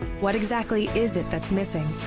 what exactly is it that's missing?